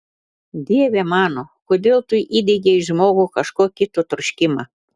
dieve mano kodėl tu įdiegei žmogui kažko kito troškimą